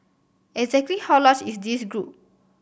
exactly how large is this group